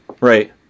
right